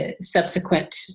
subsequent